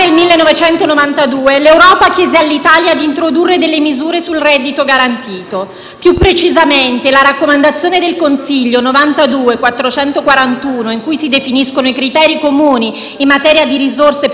nel 1992 l'Europa chiese all'Italia di introdurre delle misure sul reddito garantito. Più precisamente, la raccomandazione del Consiglio 92/441, in cui si definiscono i criteri comuni in materia di risorse e